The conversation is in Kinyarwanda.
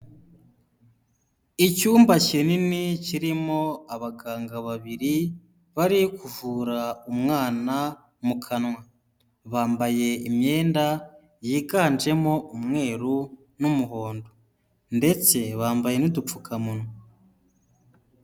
Icyumba kinini kirimo abaganga babiri, bari kuvura umwana mu kanwa, bambaye imyenda yiganjemo umweru n'umuhondo ndetse bambaye n'udupfukamunwa.